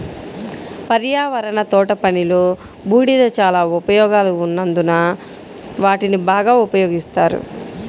పర్యావరణ తోటపనిలో, బూడిద చాలా ఉపయోగాలు ఉన్నందున వాటిని బాగా ఉపయోగిస్తారు